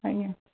ଆଜ୍ଞା